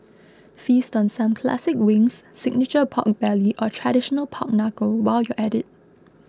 feast on some classic wings signature pork belly or traditional pork Knuckle while you're at it